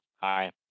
hi